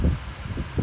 like weekday usually